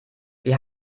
wir